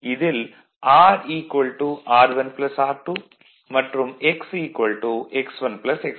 இதில் R R1 R2 மற்றும் X X1 X2